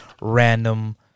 random